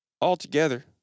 altogether